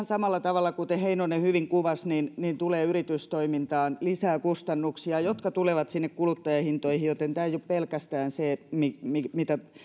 samalla tavalla kuten heinonen hyvin kuvasi tulee yritystoimintaan lisää kustannuksia jotka tulevat sinne kuluttajahintoihin joten tässä ei ole kyse pelkästään siitä mitä